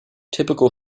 typical